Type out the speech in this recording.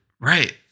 Right